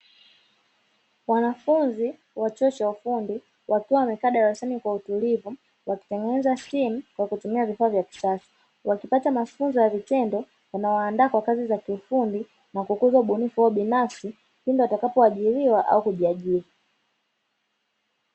Wanafunzi wa chuo cha ufundi wakiwa wamekaa darasani kwa utulivu wakitengeneza simu kwa kutumia vifaa vya kisasa; wakipata mafunzo ya vitendo yanayowaandaa kwa kazi za kiufundi na kukuza ubunifu wao binafsi pindi watakapo ajiriwa au kujiajiri.